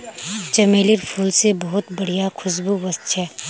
चमेलीर फूल से बहुत बढ़िया खुशबू वशछे